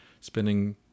spending